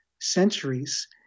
centuries